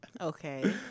Okay